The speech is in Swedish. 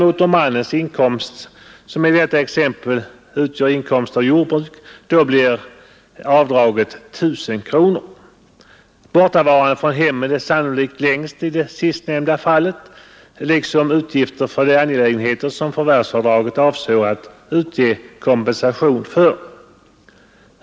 Om mannens inkomst däremot, som i detta fall utgör inkomst av jordbruk, är lägst blir avdraget 1 000 kronor. Bortovaron från hemmet är sannolikt längst i sistnämnda fallet och de utgifter sannolikt störst som förvärvsavdraget avser att utgöra kompensation för.